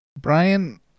Brian